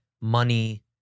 money